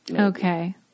Okay